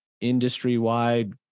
industry-wide